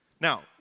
Now